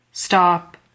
Stop